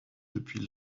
depuis